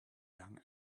young